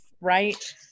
right